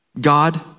God